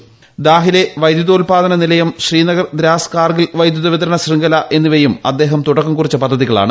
ക്ട ദാഹിലെ വൈദ്യുതോൽപ്പുദ്ദനു നിലയം ശ്രീനഗർ ദ്രാസ് കാർഗിൽ വൈദ്യുത വിത്രൺ ശൃംഖല എന്നിവയും അദ്ദേഹം തുടക്കം കുറിച്ചു പദ്ധത്തികളിാണ്